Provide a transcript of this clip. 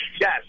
Yes